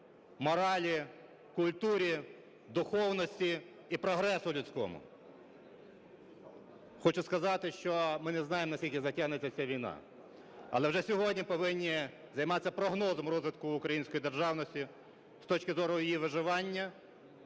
моралі, культурі, духовності і прогресу людському. Хочу сказати, що ми не знаємо, на скільки затягнеться ця війна, але вже сьогодні повинні займатися прогнозом розвитку української державності з точки зору її виживання,